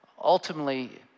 ultimately